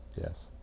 Yes